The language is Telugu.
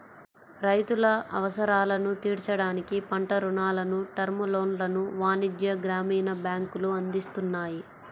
రైతుల అవసరాలను తీర్చడానికి పంట రుణాలను, టర్మ్ లోన్లను వాణిజ్య, గ్రామీణ బ్యాంకులు అందిస్తున్నాయి